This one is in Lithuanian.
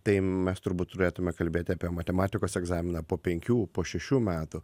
tai mes turbūt turėtume kalbėti apie matematikos egzaminą po penkių po šešių metų